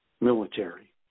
military